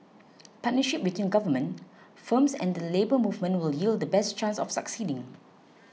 partnership between Government firms and the Labour Movement will yield the best chance of succeeding